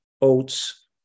oats